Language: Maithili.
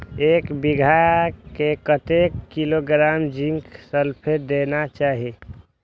एक बिघा में कतेक किलोग्राम जिंक सल्फेट देना चाही?